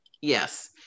yes